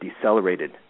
decelerated